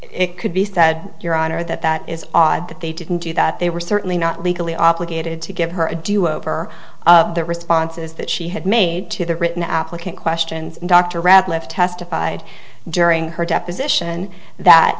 it could be said your honor that that is odd that they didn't do that they were certainly not legally obligated to give her a do over the responses that she had made to the rich an applicant questions and dr ratliff testified during her deposition that